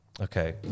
Okay